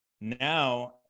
now